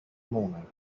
morning